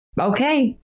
okay